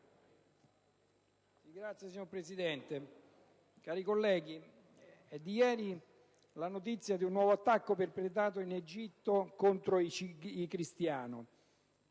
*(IdV)*. Signora Presidente, cari colleghi, è di ieri la notizia di un nuovo attacco perpetrato in Egitto contro civili cristiani